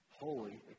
holy